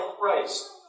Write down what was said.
Christ